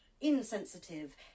insensitive